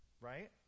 Right